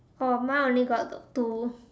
oh mine only got two